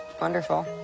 wonderful